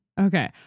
Okay